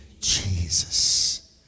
Jesus